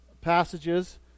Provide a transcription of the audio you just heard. passages